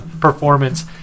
performance